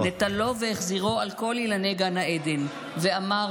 נטלו והחזירו על כל אילני גן עדן ואמר